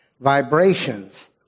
Vibrations